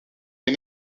est